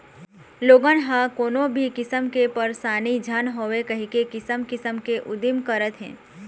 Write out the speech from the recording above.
लोगन ह कोनो भी किसम के परसानी झन होवय कहिके किसम किसम के उदिम करत हे